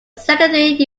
secondary